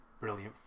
brilliant